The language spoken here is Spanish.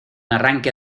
arranque